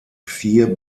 vier